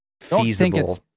feasible